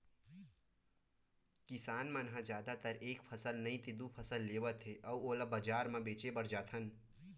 किसान मन ह जादातर एक फसल नइ ते दू फसल लेवत हे अउ ओला बजार म बेचे बर जाथन